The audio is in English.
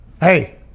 hey